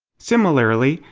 similarly,